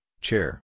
chair